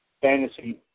fantasy